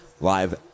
live